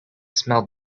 smelled